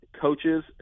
coaches